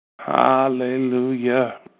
Hallelujah